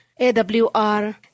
AWR